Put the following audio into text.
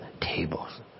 tables